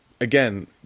Again